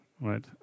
right